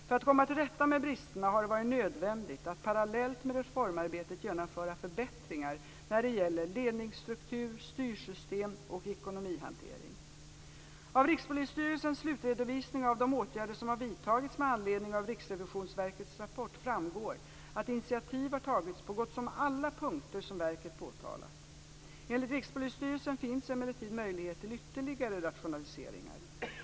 För att komma till rätta med bristerna har det varit nödvändigt att parallellt med reformarbetet genomföra förbättringar när det gäller ledningsstruktur, styrsystem och ekonomihantering. Av Rikspolisstyrelsens slutredovisning av de åtgärder som har vidtagits med anledning av Riksrevisionsverkets rapport framgår att initiativ har tagits på så gott som alla punkter som verket påtalat. Enligt Rikspolisstyrelsen finns emellertid möjligheter till ytterligare rationaliseringar.